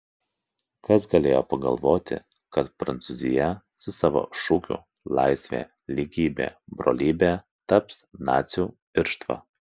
kas galėjo pagalvoti kad prancūzija su savo šūkiu laisvė lygybė brolybė taps nacių irštva